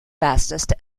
fastest